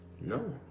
no